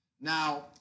Now